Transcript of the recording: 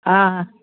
हँ हँ